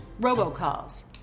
robocalls